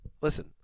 Listen